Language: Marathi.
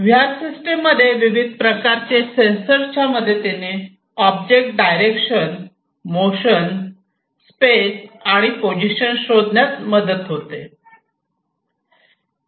व्ही आर सिस्टीम मध्ये विविध प्रकारच्या सेन्सर च्या मदतीने ऑब्जेक्टचे डायरेक्शन मोशन स्पेस आणि पोझिशन शोधण्यास मदत होते